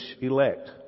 elect